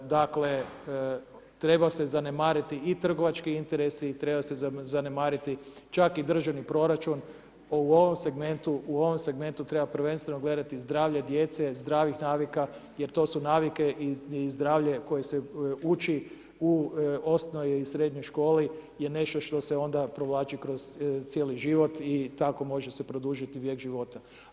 Dakle, treba se zanemariti i trgovački interesi i treba se zanemariti čak i državni proračun, u ovom segmentu, u ovom segmentu treba prvenstveno gledati zdravlje zdravih navika jer to su navike i zdravlje koje se uči u osnovnoj i srednjoj školi je nešto što se onda provlači kroz cijeli život i tako se može produžiti vijek života.